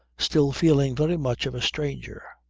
still feeling very much of a stranger,